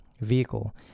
vehicle